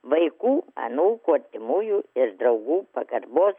vaikų anūkų artimųjų ir draugų pagarbos